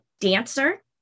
dancer